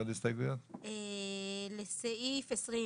לסעיף 20,